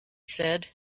said